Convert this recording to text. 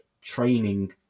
training